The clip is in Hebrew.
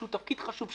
שהוא תפקיד חשוב,